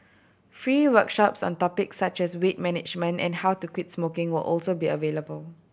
free workshops on topics such as weight management and how to quit smoking will also be available